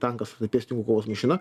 tankas pėstininkų kovos mašina